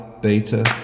Beta